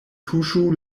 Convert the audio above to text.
tuŝu